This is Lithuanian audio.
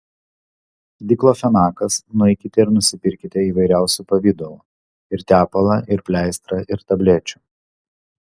diklofenakas nueikite ir nusipirkite įvairiausių pavidalų ir tepalą ir pleistrą ir tablečių